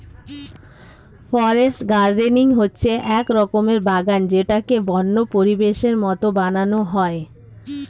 forest gardening হচ্ছে এক রকমের বাগান যেটাকে বন্য পরিবেশের মতো বানানো হয়